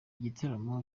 gitaramo